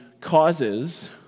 causes